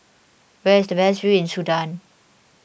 where is the best view in Sudan